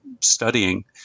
studying